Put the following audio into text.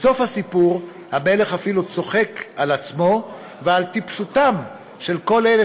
בסוף הסיפור המלך אפילו צוחק על עצמו ועל טיפשותם של כל אלה